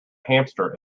hamster